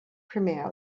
premier